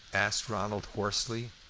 asked ronald hoarsely.